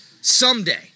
Someday